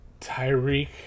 Tyreek